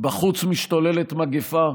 בחוץ משתוללת מגפה,